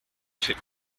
fais